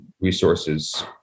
resources